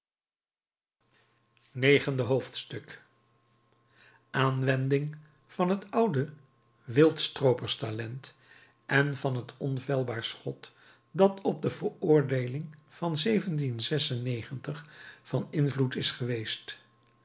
negende hoofdstuk aanwending van het oude wildstrooperstalent en van het onfeilbaar schot dat op de veroordeeling van van invloed is geweest